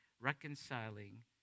reconciling